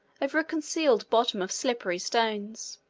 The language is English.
over a concealed bottom of slippery stones.